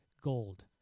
gold